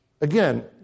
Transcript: Again